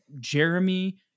Jeremy